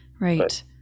right